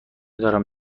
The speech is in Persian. دارم